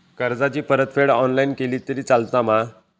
कर्जाची परतफेड ऑनलाइन केली तरी चलता मा?